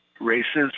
races